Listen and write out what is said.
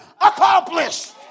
accomplished